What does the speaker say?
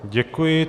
Děkuji.